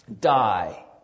Die